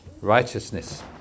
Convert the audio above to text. righteousness